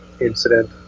incident